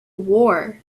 war